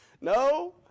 No